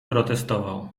protestował